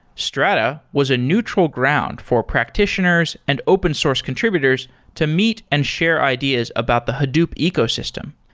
strata was a neutral ground for practitioners and open source contributors to meet and share ideas about the hadoop ecosystem.